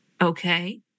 Okay